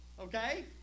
okay